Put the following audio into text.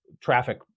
traffic